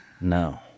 No